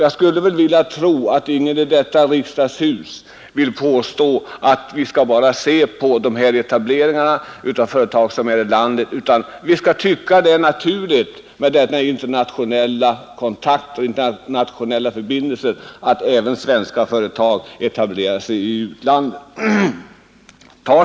Jag skulle tro att ingen i detta riksdagshus vill påstå att vi bara skall se på dessa etableringar och företag som är i vårt land utan vi skall tycka att det är naturligt att även svenska företag i linje med dessa internationella kontakter och internationella förbindelser etablerar sig i utlandet.